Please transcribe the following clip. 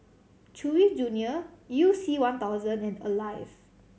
Chewy Junior You C One thousand and Alive